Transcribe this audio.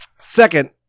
Second